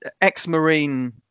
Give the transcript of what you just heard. ex-Marine